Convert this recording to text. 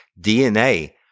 DNA